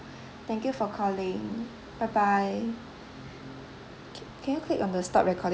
thank you for calling bye bye c~ can you click on the stop recording